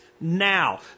now